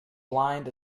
blind